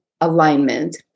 alignment